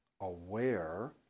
aware